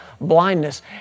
blindness